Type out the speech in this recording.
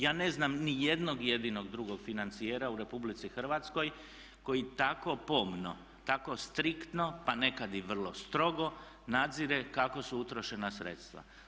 Ja ne znam ni jednog jedinog drugog financijera u RH koji tako pomno, tako striktno pa nekad i vrlo strogo nadzire kako su utrošena sredstva.